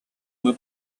muy